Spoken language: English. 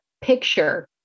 picture